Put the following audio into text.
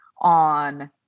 on